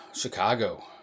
Chicago